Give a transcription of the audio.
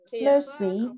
Mostly